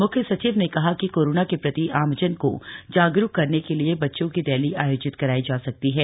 म्ख्य सचिव ने कहा कि कोरोना के प्रति आमजन को जागरूक करने के लिए बच्चों की रैली आयोजित करायी जा सकती है